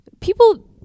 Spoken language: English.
people